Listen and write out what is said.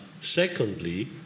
Secondly